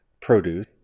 produce